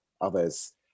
others